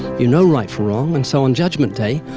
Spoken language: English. you know right from wrong, and so on judgment day,